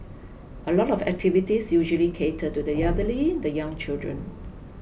a lot of activities usually cater to the elderly the young children